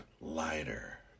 lighter